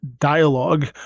dialogue